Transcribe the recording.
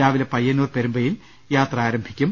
രാവിലെ പയ്യന്നൂർ പെരുമ്പയിൽ യാത്ര ആരംഭിക്കും